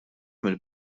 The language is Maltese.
mill